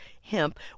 hemp